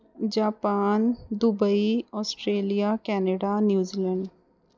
Japan Dubai Australia Canada New Zealand